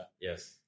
Yes